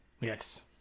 Yes